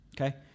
okay